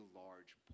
large